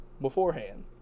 beforehand